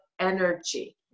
energy